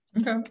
Okay